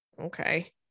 Okay